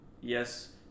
yes